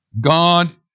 God